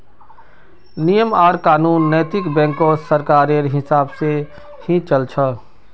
नियम आर कानून नैतिक बैंकत सरकारेर हिसाब से ही चल छ